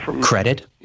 Credit